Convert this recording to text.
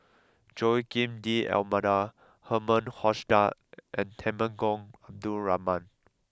Joaquim D'almeida Herman Hochstadt and Temenggong Abdul Rahman